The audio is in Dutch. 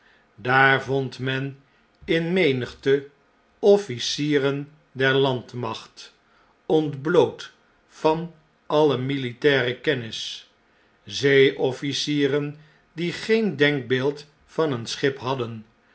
daar vond men in menigte officieren der landmacht ontbloot van alle militaire kennis zeeofftcieren die geen denkbeeld van een schip hadden